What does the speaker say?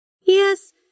Yes